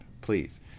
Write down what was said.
please